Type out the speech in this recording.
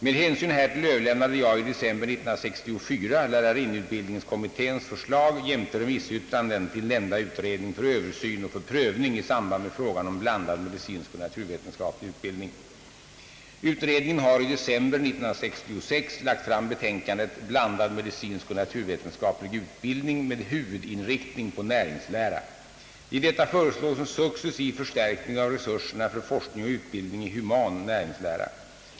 Med hänsyn härtill överlämnade jag i december 1964 lärarinneutbildningskommitténs förslag jämte remissyttranden till nämnda utredning för översyn och för prövning i samband med frågan om blandad medicinsk och naturvetenskaplig utbildning. Utredningen har i december 1966 lagt fram betänkandet »Blandad medicinsk och naturvetenskaplig utbildning med huvudinriktning på näringslära». I detta föreslås en successiv förstärkning av resurserna för forskning och utbildning i human näringslära.